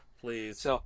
Please